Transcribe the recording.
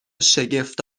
شگفت